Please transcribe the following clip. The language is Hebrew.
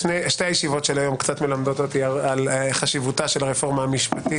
שתי הישיבות של היום קצת מלמדות אותי על חשיבותה של הרפורמה המשפטית